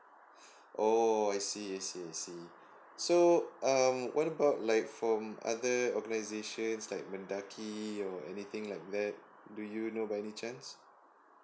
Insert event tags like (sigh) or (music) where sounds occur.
(breath) oh I see I see I see (breath) so um what about like from other organisations like mendaki or anything like that do you know by any chance